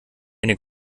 eine